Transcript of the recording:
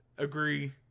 agree